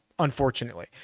unfortunately